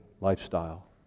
lifestyle